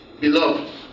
Beloved